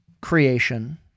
creation